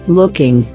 looking